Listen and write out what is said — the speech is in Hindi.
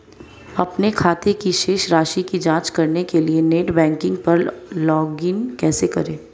अपने खाते की शेष राशि की जांच करने के लिए नेट बैंकिंग पर लॉगइन कैसे करें?